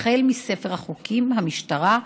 החל מספר החוקים ועד המשטרה,